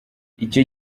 icyo